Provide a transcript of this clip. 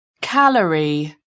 calorie